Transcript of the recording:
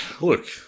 Look